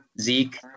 Zeke